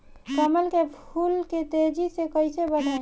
कमल के फूल के तेजी से कइसे बढ़ाई?